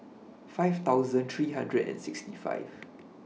five thousand three hundred and sixty five